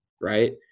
Right